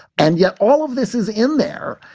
and yet all of this is in there.